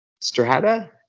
Strata